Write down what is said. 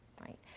right